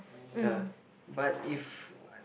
but if